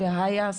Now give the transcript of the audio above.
והיאס